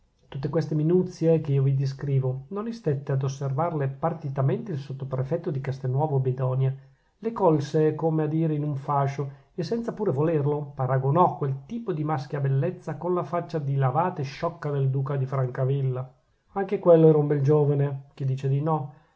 tutte queste minuzie che io vi descrivo non istette ad osservarle partitamente il sottoprefetto di castelnuovo bedonia le colse come a dire in un fascio e senza pure volerlo paragonò quel tipo di maschia bellezza con la faccia dilavata e sciocca del duca di francavilla anche quello era un bel giovane